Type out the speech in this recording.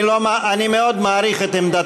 אני מעריך מאוד את עמדתו.